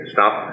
Stop